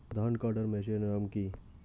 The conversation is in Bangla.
ধান কাটার মেশিনের নাম কি?